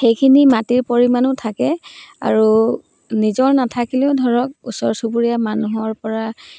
সেইখিনি মাটিৰ পৰিমাণো থাকে আৰু নিজৰ নাথাকিলেও ধৰক ওচৰ চুবুৰীয়া মানুহৰপৰা